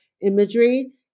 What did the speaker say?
imagery